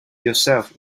yourself